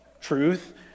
truth